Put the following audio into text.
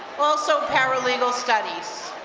also paralegal studies.